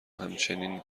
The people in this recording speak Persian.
همچنین